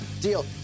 deal